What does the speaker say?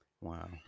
Wow